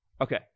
Okay